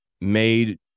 made